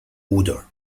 odor